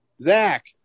Zach